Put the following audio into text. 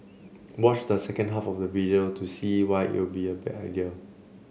watch the second half of the video to see why it'll be a bad idea